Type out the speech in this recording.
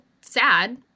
sad